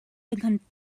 become